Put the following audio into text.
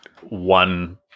one